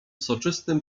soczystym